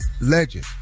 legend